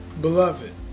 Beloved